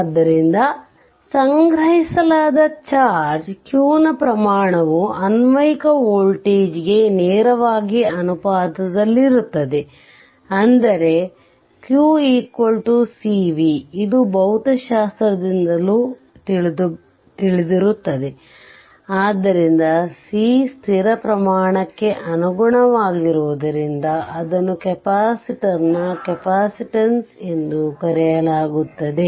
ಆದ್ದರಿಂದ ಸಂಗ್ರಹಿಸಲಾದ charge q ನ ಪ್ರಮಾಣವು ಅನ್ವಯಿಕ ವೋಲ್ಟೇಜ್ v ಗೆ ನೇರವಾಗಿ ಅನುಪಾತದಲ್ಲಿರುತ್ತದೆ ಅಂದರೆ q cv ಇದು ಭೌತಶಾಸ್ತ್ರದಿಂದಲೂ ತಿಳಿದಿರುತ್ತದೆ ಆದ್ದರಿಂದ c ಸ್ಥಿರ ಪ್ರಮಾಣಾಕ್ಕೆ ಅನುಗುಣವಾಗಿರುವುದರಿಂದ ಅದನ್ನು ಕೆಪಾಸಿಟರ್ನ ಕೆಪಾಸಿಟನ್ಸ್ ಎಂದು ಕರೆಯಲಾಗುತ್ತದೆ